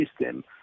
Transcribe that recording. system